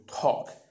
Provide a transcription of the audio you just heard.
talk